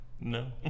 No